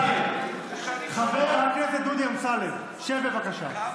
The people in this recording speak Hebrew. חבר הכנסת דודי אמסלם, שב, בבקשה.